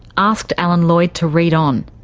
asked alan lloyd to read on.